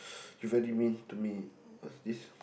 you very mean to me if